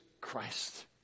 Christ